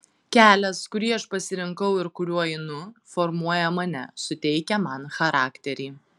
kelias kurį aš pasirinkau ir kuriuo einu formuoja mane suteikia man charakterį